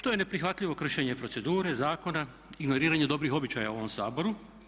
To je neprihvatljivo kršenje procedure, zakone, ignoriranje dobrih običaja u ovom Saboru.